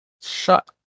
shut